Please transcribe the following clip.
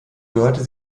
gehörte